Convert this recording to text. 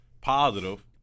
Positive